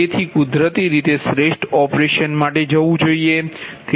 તેથી કુદરતી રીતે શ્રેષ્ઠ ઓપરેશન માટે જવું જોઈએ